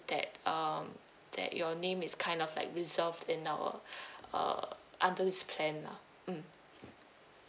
that um that your name is kind of like reserved in our uh under this plan lah mm